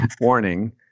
warning